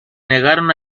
negaron